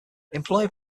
employer